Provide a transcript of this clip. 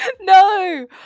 No